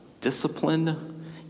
discipline